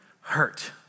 hurt